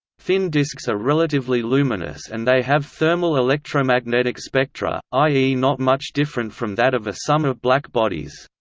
thin disks are relatively luminous and they have thermal electromagnetic spectra, i e. not much different from that of a sum of black bodies.